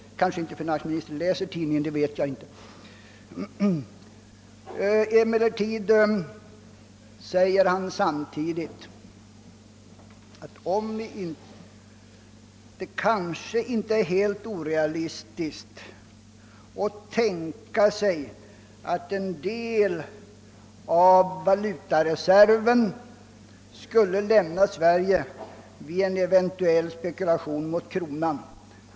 Jag vet inte om finansministern läser denna tidning, men Bo Södersten säger i artikeln att det kanske inte är helt orealistiskt att tänka sig att en del av valutareserven skulle lämna Sverige vid en eventuell spekulation mot kronan.